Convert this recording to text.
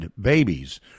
babies